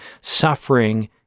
suffering